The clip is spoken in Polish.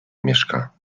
mieszka